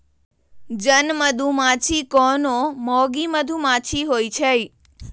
जन मधूमाछि कोनो मौगि मधुमाछि होइ छइ